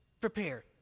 prepare